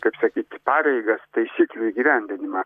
kaip sakyt pareigas taisyklių įgyvendinimą